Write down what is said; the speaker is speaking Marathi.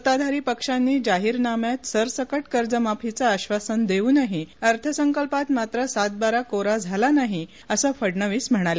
सत्ताधारी पक्षांनी जाहीरनाम्यात सरसकट कर्जमाफीचं आधासन देऊनही अर्थसंकल्पात मात्र सातबारा कोरा झाला नाही असं फडणवीस म्हणाले